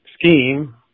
scheme